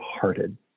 hearted